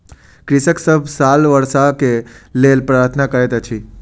कृषक सभ साल वर्षा के लेल प्रार्थना करैत अछि